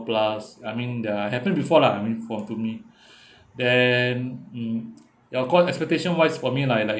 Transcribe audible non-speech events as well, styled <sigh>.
plus I mean there are it happened before lah I mean for to me <breath> then mm ya of course expectation wise for me like like